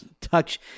touch